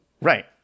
Right